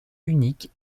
unique